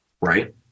Right